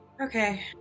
Okay